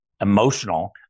emotional